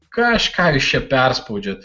kažką jūs čia perspaudžiat